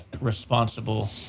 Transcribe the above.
responsible